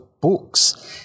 books